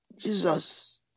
Jesus